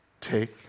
take